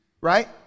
right